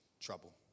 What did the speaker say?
trouble